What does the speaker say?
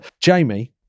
Jamie